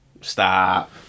Stop